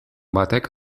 batek